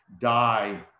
die